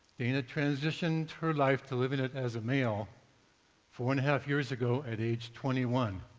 dana transitioned her life to live it it as a male four and a half years ago, at age twenty one,